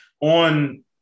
On